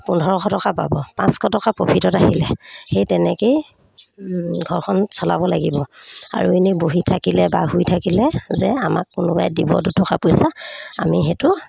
পোন্ধৰশ টকা পাব পাঁচশ টকা প্ৰফিটত আহিলে সেই তেনেকৈয়ে ঘৰখন চলাব লাগিব আৰু এনেই বহি থাকিলে বা শুই থাকিলে যে আমাক কোনোবাই দিব দুটকা পইচা আমি সেইটো